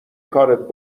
کارت